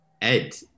Ed